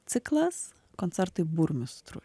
ciklas koncertai burmistrui